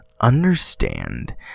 understand